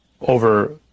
over